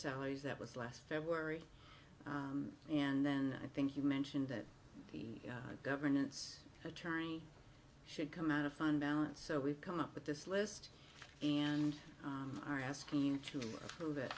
salaries that was last february and then i think you mentioned that the governance attorney should come out a fund balance so we've come up with this list and are asking to prove it